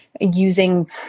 using